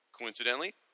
Coincidentally